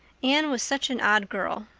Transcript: anne was such an odd girl.